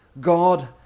God